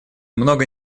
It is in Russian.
много